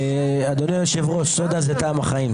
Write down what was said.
אדוני היושב-ראש, סודה זה טעם החיים.